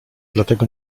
dlatego